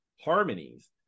harmonies